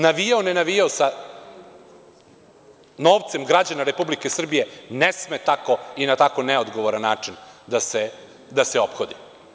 Navijao, ne navijao, sa novcem građana Republike Srbije ne sme na tako neodgovoran način da se ophodi.